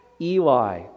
Eli